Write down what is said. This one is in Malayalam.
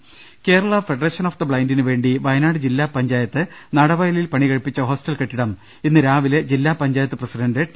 രുവെട്ട്രെ കേരള ഫെഡറേഷൻ ഓഫ് ദ ബ്ലൈൻഡിനു വേണ്ടി വയനാട് ജില്ലാ പഞ്ചായത്ത് നടവയലിൽ പണികഴിപ്പിച്ച ഹോസ്റ്റൽ കെട്ടിടം ഇന്ന് രാവിലെ ജില്ലാ പഞ്ചായത്ത് പ്രസിഡന്റ് ടി